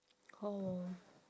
oh